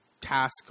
task